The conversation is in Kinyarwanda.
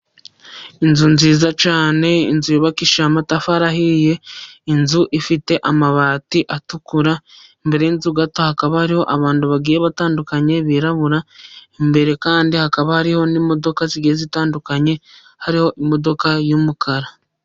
Inzu nziza cyane inzu yubakishije amatafari ahiye. Inzu ifite amabati at ukura, hirya y'inzu gato hakaba hariho abantu bagiye batandukanye abirabura. Imbere kandi hakaba hariho n'imodoka zigenda zitandukanye hariho imodoka y'umukara.